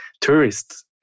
tourists